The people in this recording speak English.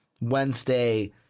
Wednesday